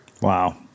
Wow